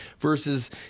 versus